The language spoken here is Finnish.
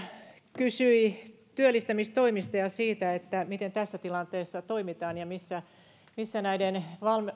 kysyi työllistämistoimista ja siitä miten tässä tilanteessa toimitaan ja missä missä näiden